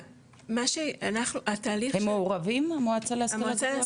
התהליך -- הם מעורבים המועצה להשכלה גבוהה?